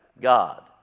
God